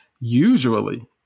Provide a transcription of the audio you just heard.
Usually